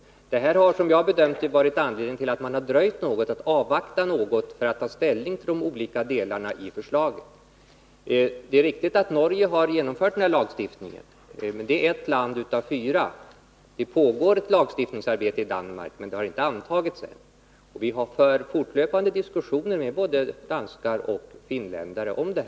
Enligt min bedömning har det därför funnits anledning att något avvakta för att kunna ta ställning till de olika delarna av förslaget. Det är riktigt att Norge har genomfört den här lagstiftningen, men det är bara ett land av fyra. Det pågår ett lagstiftningsarbete i Danmark, men ingen lag har antagits. Vi har fortlöpande diskussioner med både danskar och finländare.